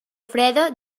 freda